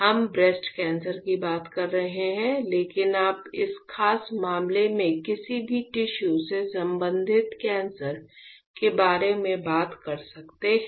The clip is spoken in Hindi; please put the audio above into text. हम ब्रेस्ट कैंसर की बात कर रहे हैं लेकिन आप इस खास मामले में किसी भी टिश्यू से संबंधित कैंसर के बारे में बात कर सकते हैं